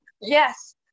Yes